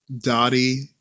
Dottie